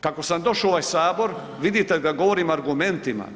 Kako sam došao u ovaj sabor vidite da govorim argumentima.